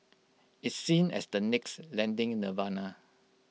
it's seen as the next lending nirvana